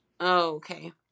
Okay